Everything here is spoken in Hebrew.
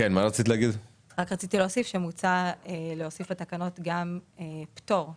מוצע להוסיף לתקנות גם פטור כך